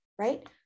Right